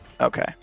Okay